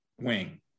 wing